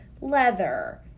leather